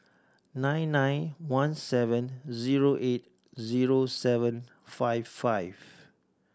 nine nine one seven zero eight zero seven five five